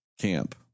Camp